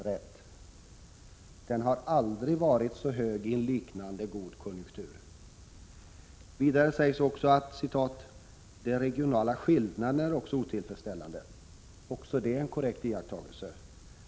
Den har aldrig varit så hög i en liknande god konjunktur. Vidare säger man: ”De regionala skillnaderna är också otillfredsställande.” Även det är en korrekt iakttagelse.